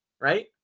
right